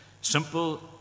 Simple